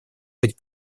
быть